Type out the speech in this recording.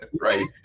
right